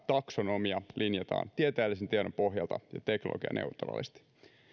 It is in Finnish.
taksonomia linjataan tieteellisen tiedon pohjalta ja teknologianeutraalisti